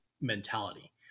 mentality